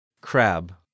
crab